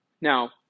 Now